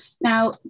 Now